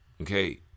okay